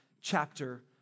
chapter